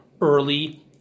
early